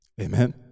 Amen